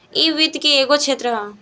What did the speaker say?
इ वित्त के एगो क्षेत्र ह